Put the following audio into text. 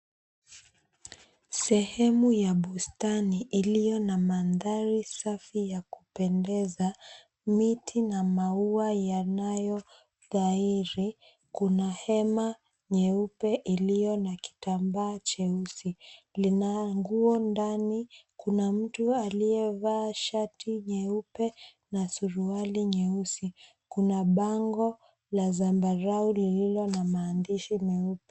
Sehemu ya bustani iliyo na mandhari safi ya kupendeza, miti na maua yanayodhahiri. Kuna hema nyeupe iliyo na kitambaa cheusi, lina nguo ndani. Kuna mtu aliyevaa shati nyeupe na suruali nyeusi. Kuna bango la zambarau lilio na maandishi meupe.